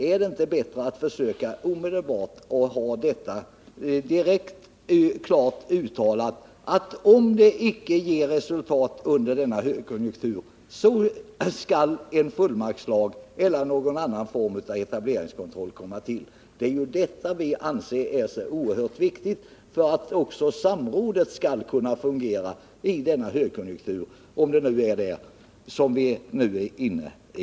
Ärdet inte bättre att omedelbart ha klart uttalat att om man inte når resultat under denna högkonjunktur skall en fullmaktslag eller någon annan form av etableringskontroll komma till? Det anser vi vara oerhört viktigt för att samrådet också skall kunna fungera i denna högkonjunktur —om det nu är en sådan vi är inne i.